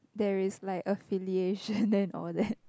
there is like a filiation then all there